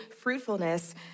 fruitfulness